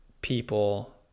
people